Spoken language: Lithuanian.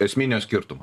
esminio skirtumo